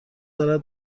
دارد